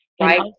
right